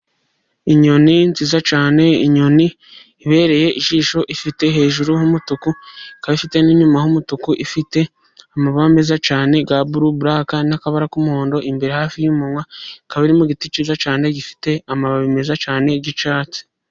Inyoni nziza cyane, inyoni ibereye ijisho ifite hejuru h'umutuku, ikaba ifitemo n'inyuma h'umutuku, ifite amaba meza cyane ya buru bura n'akabara k'umuhondo imbere hafi y'umunwa, ikaba iri mu giti cyza cyane gifite amababi meza cyane y'icyatsi.